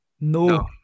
No